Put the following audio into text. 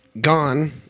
Gone